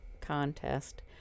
contest